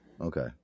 okay